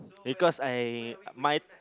because I my